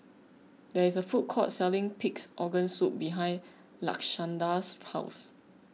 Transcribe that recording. there is a food court selling Pig's Organ Soup behind Lashanda's house